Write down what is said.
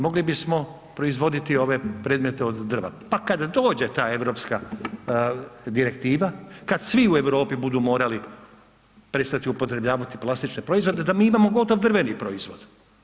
Mogli bismo proizvoditi ove predmete od drva pa kada dođe ta europska direktiva, kad svi u Europi budu morali prestati upotrebljavati plastične proizvode, da mi imamo gotovo drveni proizvod.